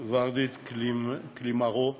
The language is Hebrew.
ורדית קלימרו,